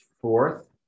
fourth